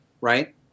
right